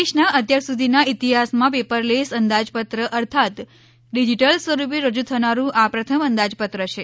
દેશનાં અત્યારસુધીનાં ઈતિહાસમાં પેપરલેસ અંદાજપત્ર અર્થાત ડિજીટલ સ્વરૂપે રજૂ થનારું આ પ્રથમ અંદાજપત્ર છે